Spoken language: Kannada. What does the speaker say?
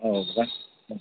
ಹೌದಾ ಹ್ಞೂ